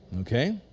Okay